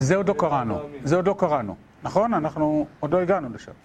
זה עוד לא קראנו. זה עוד לא קראנו. נכון? אנחנו עוד לא הגענו לשם.